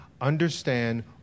understand